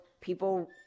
people